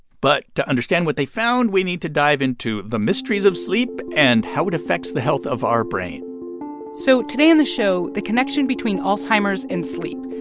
but to understand what they found, we need to dive into the mysteries of sleep and how it affects the health of our brain so today on the show, the connection between alzheimer's and sleep.